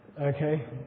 Okay